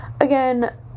Again